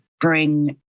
bring